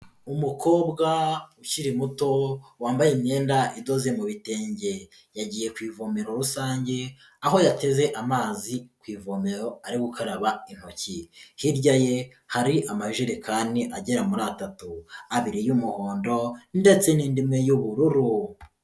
Umukobwa ukiri muto wambaye imyenda idoze mu bitenge, yagiye ku ivomero rusange, aho yateze amazi ku ivomero ari gukaraba intoki, hirya ye hari amajerekani agera muri atatu, abiri y'umuhondo ndetse n'indi imwe y'ubururu.